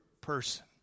person